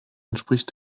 entspricht